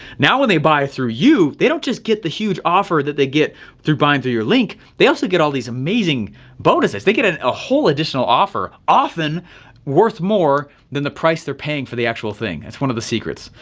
now, when they buy through you, they don't just get the huge offer that they get through buying through your link. they also get all these amazing bonuses, they get a ah whole additional offer, often worth more than the price they're paying for the actual thing. that's one of the secrets.